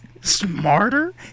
smarter